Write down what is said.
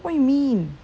what you mean